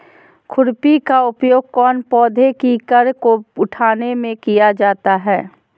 खुरपी का उपयोग कौन पौधे की कर को उठाने में किया जाता है?